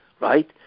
right